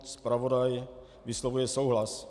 Zpravodaj vyslovuje souhlas.